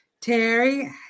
Terry